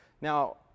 Now